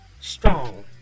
strong